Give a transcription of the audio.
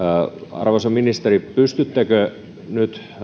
arvoisa ministeri pystyttekö nyt